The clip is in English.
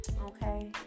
okay